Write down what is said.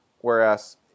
Whereas